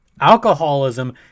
Alcoholism